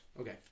Okay